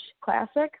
classic